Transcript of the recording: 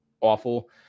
awful